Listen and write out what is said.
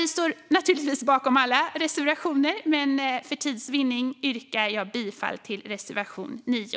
Vi står naturligtvis bakom alla våra reservationer, men för tids vinning yrkar jag bifall endast till reservation 9.